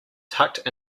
tucked